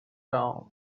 town